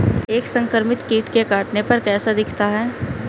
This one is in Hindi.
एक संक्रमित कीट के काटने पर कैसा दिखता है?